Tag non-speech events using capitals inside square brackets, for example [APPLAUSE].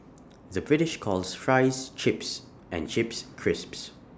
[NOISE] the British calls Fries Chips and Chips Crisps